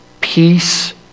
peace